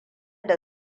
da